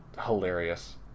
hilarious